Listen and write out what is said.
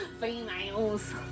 Females